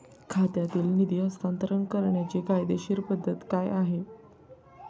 खात्यातील निधी हस्तांतर करण्याची कायदेशीर पद्धत काय आहे?